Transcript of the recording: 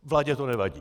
Vládě to nevadí.